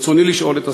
ברצוני לשאול את השרה: